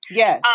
yes